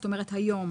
זאת אומרת היום,